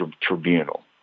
tribunal